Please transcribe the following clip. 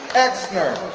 exner,